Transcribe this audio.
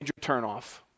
turnoff